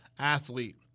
Athlete